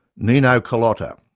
nino culotta,